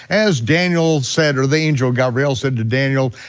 as daniel said, or the angel gabriel said to daniel,